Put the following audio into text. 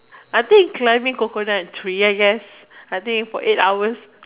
I think climbing crocodile and tree I guess I think for eight hours